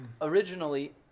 originally